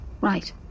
Right